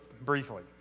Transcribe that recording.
briefly